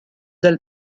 del